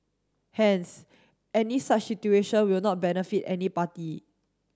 hence any such situation will not benefit any party